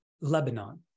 Lebanon